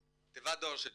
"תיבת הדואר שלי".